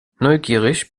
neugierig